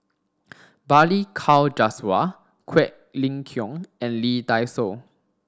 Balli Kaur Jaswal Quek Ling Kiong and Lee Dai Soh